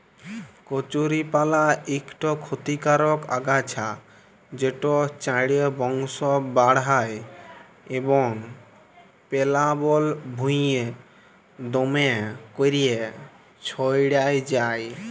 কচুরিপালা ইকট খতিকারক আগাছা যেট চাঁড়ে বংশ বাঢ়হায় এবং পেলাবল ভুঁইয়ে দ্যমে ক্যইরে ছইড়াই যায়